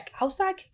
Outside